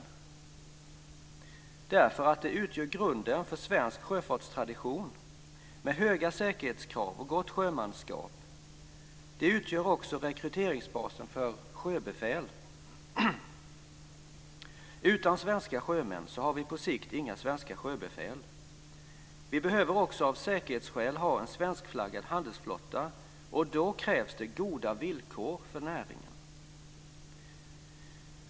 Skälet är att de utgör grunden för svensk sjöfartstradition med höga säkerhetskrav och gott sjömanskap. De utgör också rekryteringsbasen för sjöbefäl. Utan svenska sjömän har vi på sikt inga svenska sjöbefäl. Vi behöver också av säkerhetsskäl ha en svenskflaggad handelsflotta och då krävs det goda villkor för näringen.